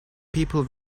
people